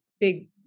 big